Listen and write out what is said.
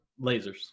Lasers